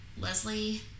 Leslie